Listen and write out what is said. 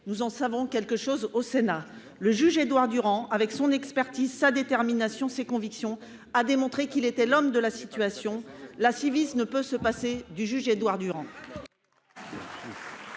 nous en savons quelque chose au Sénat. Le juge Édouard Durand, avec son expertise, sa détermination, ses convictions, a démontré qu’il était l’homme de la situation. La Ciivise ne peut se passer du juge Édouard Durand